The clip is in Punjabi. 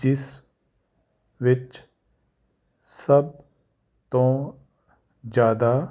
ਜਿਸ ਵਿੱਚ ਸਭ ਤੋਂ ਜ਼ਿਆਦਾ